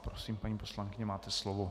Prosím, paní poslankyně, máte slovo.